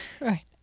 right